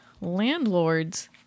landlords